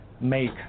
make